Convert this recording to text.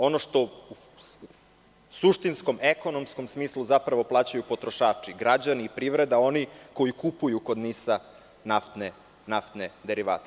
Ono što u suštinskom, ekonomskom smislu zapravo plaćaju potrošači, građani i privredi, oni koji kupuju kod NIS naftne derivate.